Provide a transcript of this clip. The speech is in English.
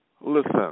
listen